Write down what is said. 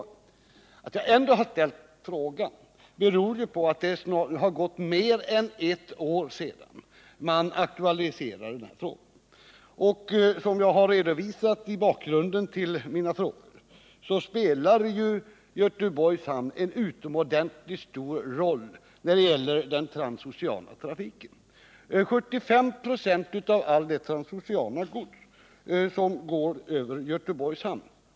Att jag ändå ställt frågan beror på att det gått mer än ett år sedan den här saken aktualiserades. Som jag redovisat i motiveringen för mina frågor spelar Göteborgs hamn en utomordentligt stor roll när det gäller den transoceana trafiken. Den transoceana linjefarten till Skandinavien går till Göteborgs hamn.